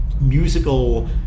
musical